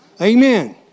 Amen